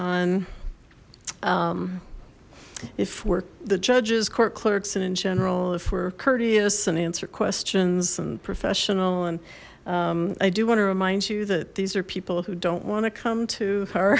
on if we're the judges court clerk's and in general if we're courteous and answer questions and professional and i do want to remind you that these are people who don't want to come to